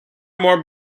more